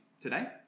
today